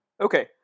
Okay